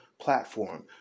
platform